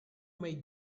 may